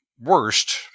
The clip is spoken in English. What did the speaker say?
worst